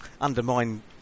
undermine